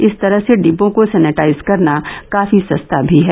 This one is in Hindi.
इस तरह से डिब्बों को सेनिटाइज करना काफी सस्ता भी है